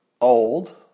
old